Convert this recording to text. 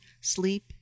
sleep